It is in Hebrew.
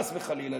חס וחלילה,